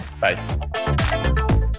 Bye